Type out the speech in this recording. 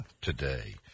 today